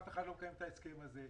אף אחד לא מקיים את ההסכם הזה.